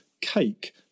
cake